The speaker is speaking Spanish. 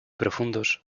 profundos